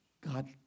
God